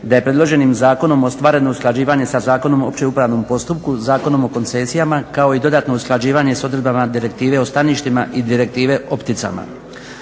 da je predloženim zakonom ostvareno usklađivanje sa Zakonom o opće upravnom postupku, Zakonom o koncesijama kao i dodatno usklađivanje s odredbama Direktive o staništima i Direktive o pticama.